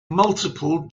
multiple